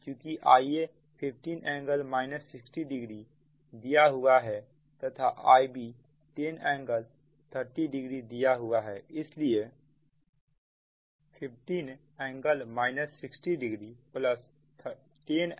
चुकी Ia15 ㄥ 60oदिया हुआ है तथा Ib 10ㄥ30oदिया हुआ है